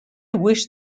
wish